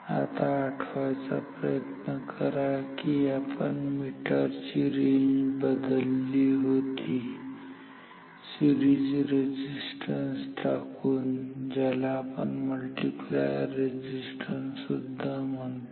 आता आठवायचा प्रयत्न करा आपण मीटर ची रेंज बदलली होती सिरीज रेझिस्टन्स टाकून ज्याला आपण मल्टिप्लायर रेझिस्टन्स सुद्धा म्हणतो